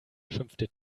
schimpfte